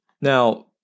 Now